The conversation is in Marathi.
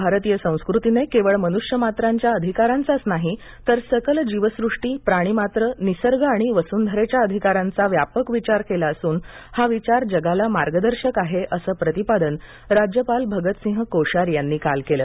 भारतीय संस्कृतीने केवळ मनुष्यमात्रांच्या अधिकारांचाच नाही तर सकल जीवसृष्टी प्राणिमात्र निसर्ग व वस्ंधरेच्या अधिकाराचा व्यापक विचार केला असून हा विचार जगाला मार्गदर्शक आहे असं प्रतिपादन राज्यपाल भगतसिंह कोश्यारी यांनी काल केलं